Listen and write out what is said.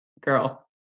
girl